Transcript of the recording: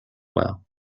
well